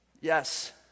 Yes